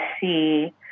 see